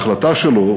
ההחלטה שלו